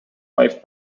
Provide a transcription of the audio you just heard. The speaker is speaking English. wife